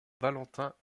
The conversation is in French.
valentin